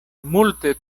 multe